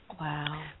Wow